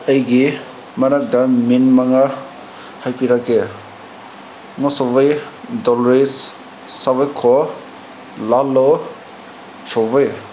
ꯑꯩꯒꯤ ꯃꯅꯥꯛꯇ ꯃꯤ ꯃꯉꯥ ꯍꯥꯏꯕꯤꯔꯛꯀꯦ ꯃꯣꯁꯣꯚꯩ ꯗꯥꯎꯔꯤꯁ ꯁꯣꯕꯩꯈꯣ ꯂꯥꯜꯂꯣ ꯁꯣꯕꯩ